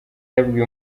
yabwiye